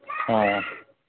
হুম